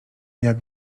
jak